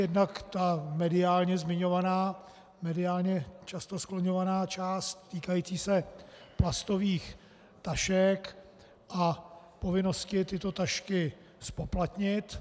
Jednak ta mediálně zmiňovaná, mediálně často skloňovaná část týkající se plastových tašek a povinnosti tyto tašky zpoplatnit.